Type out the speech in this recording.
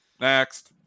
Next